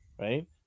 Right